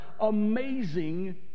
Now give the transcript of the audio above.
Amazing